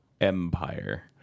Empire